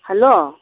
hello